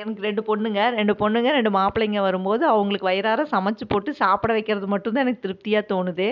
எனக்கு ரெண்டு பொண்ணுங்க ரெண்டு பொண்ணுங்க ரெண்டு மாப்பிளைங்க வரும் போது அவங்களுக்கு வயிறார சமைச்சு போட்டு சாப்பிட வைக்கிறது மட்டும் தான் எனக்கு திருப்தியாக தோணுது